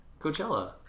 Coachella